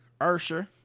ursher